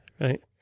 right